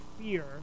fear